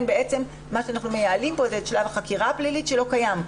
בעצם אנחנו מייעלים כאן את שלב החקירה הפלילית שלא קיים.